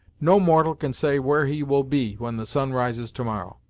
no mortal can say where he will be when the sun rises to-morrow.